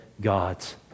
God's